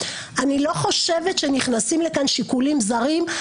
אני לא חושבת שנכנסים לכאן שיקולים זרים.